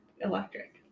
electric